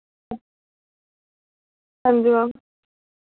हांजी मैम